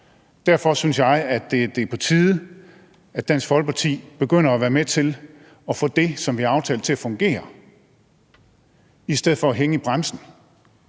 Derfor synes jeg, at det er på tide, at Dansk Folkeparti begynder at være med til at få det, som vi aftalte, til at fungere i stedet for at hænge i bremsen.